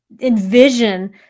envision